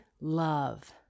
love